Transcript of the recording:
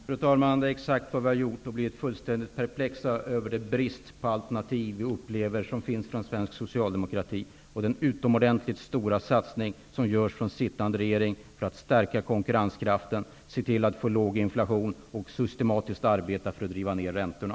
Fru talman! Det är exakt vad vi har gjort, och vi har blivit fullständigt perplexa över bristen på alternativ från svensk socialdemokrati. Den sittande regeringen gör utomordentligt stora satsningar för att stärka konkurrenskraften, för att se till att få låg inflation och för att systematiskt arbeta för att driva ned räntorna.